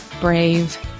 brave